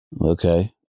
okay